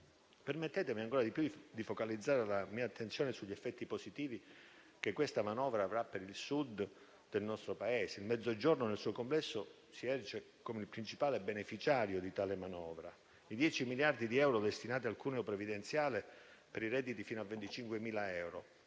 Permettetemi ancora di più di focalizzare la mia attenzione sugli effetti positivi che questa manovra avrà per il Sud del nostro Paese. Il Mezzogiorno nel suo complesso si erge come il principale beneficiario di tale manovra. I 10 miliardi di euro destinati al cuneo previdenziale per i redditi fino a 25.000 euro,